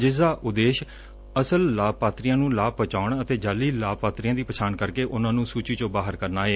ਜਿਸ ਦਾ ਉਦੇਸ਼ ਅਸਲ ਲਾਭਪਾਤਰੀਆਂ ਨੂੰ ਲਾਭ ਪਹੁੰਚਾਉਣ ਅਤੇ ਜਾਅਲੀ ਲਾਭਪਾਤਰੀਆਂ ਦੀ ਪਛਾਣ ਕਰਕੇ ਉਨੂਾ ਨੂੰ ਸੂਚੀ ਚੋ ਬਾਹਰ ਕਰਨਾ ਏ